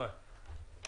אימאן ח'טיב בבקשה.